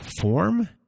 form